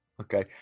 okay